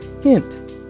Hint